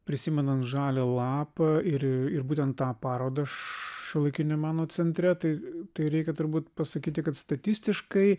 prisimenant žalią lapą ir ir būtent tą parodą šiuolaikinio meno centre tai tai reikia turbūt pasakyti kad statistiškai